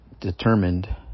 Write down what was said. determined